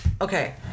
Okay